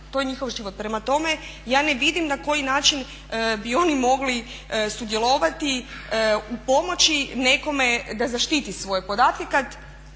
to je njihov život. Prema tome, ja ne vidim na koji način bi oni mogli sudjelovati u pomoći nekome da zaštiti svoje podatke